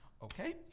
Okay